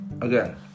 Again